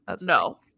No